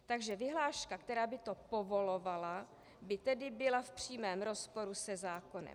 Takže vyhláška, která by to povolovala, by tedy byla v přímém rozporu se zákonem.